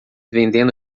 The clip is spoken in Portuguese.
vendendo